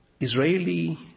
Israeli